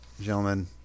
gentlemen